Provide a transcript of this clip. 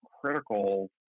critical